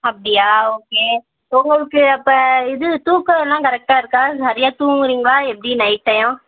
அப்படியா ஓகே உங்களுக்கு அப்போ இது தூக்கம் எல்லாம் கரெக்டாக இருக்கா சரியாக தூங்குகிறீங்களா எப்படி நைட்டு டயம்